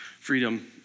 freedom